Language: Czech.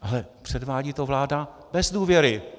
Ale předvádí to vláda bez důvěry.